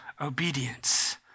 obedience